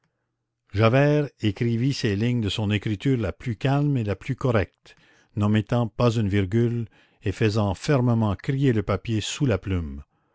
javert écrivit ces lignes de son écriture la plus calme et la plus correcte n'omettant pas une virgule et faisant fermement crier le papier sous la plume